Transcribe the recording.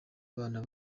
abana